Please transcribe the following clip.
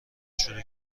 شروع